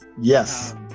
Yes